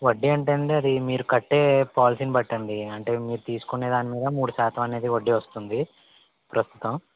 వడ్డీ అంటే అండి అది మీరు కట్టే పాలిసీ ని బట్టి అండి అంటే మీరు తీసుకునేదానిమీద మూడు శాతం అనేది వడ్డీ వస్తుంది ప్రస్తుతం